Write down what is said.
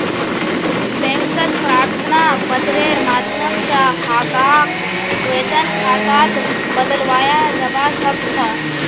बैंकत प्रार्थना पत्रेर माध्यम स खाताक वेतन खातात बदलवाया जबा स ख छ